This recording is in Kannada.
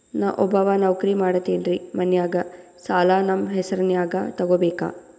ನಾ ಒಬ್ಬವ ನೌಕ್ರಿ ಮಾಡತೆನ್ರಿ ಮನ್ಯಗ ಸಾಲಾ ನಮ್ ಹೆಸ್ರನ್ಯಾಗ ತೊಗೊಬೇಕ?